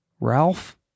Ralph